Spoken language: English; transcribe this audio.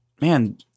man